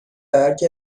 هرکی